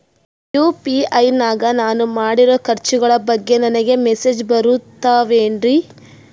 UPI ನಾಗ ನಾನು ಮಾಡಿರೋ ಖರ್ಚುಗಳ ಬಗ್ಗೆ ನನಗೆ ಮೆಸೇಜ್ ಬರುತ್ತಾವೇನ್ರಿ?